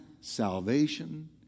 salvation